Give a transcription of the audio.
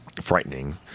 frightening